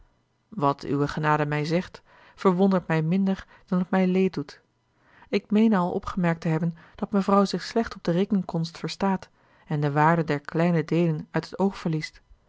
wat uwe genade mij zegt verwondert mij minder dan het mij leed doet ik meene al opgemerkt te hebben dat mevrouw zich slecht op de rekenkonst verstaat en de waarde der kleine deelen uit het oog verliest